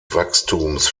wachstums